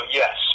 yes